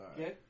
Okay